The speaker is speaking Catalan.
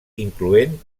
incloent